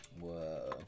Whoa